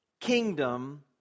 Kingdom